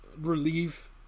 Relief